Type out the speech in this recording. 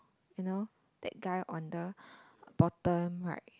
you know that guy on the bottom right